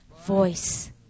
voice